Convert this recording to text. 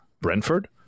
Brentford